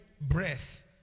breath